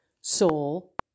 Soul